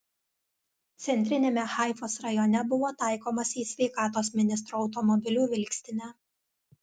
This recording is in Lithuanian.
centriniame haifos rajone buvo taikomasi į sveikatos ministro automobilių vilkstinę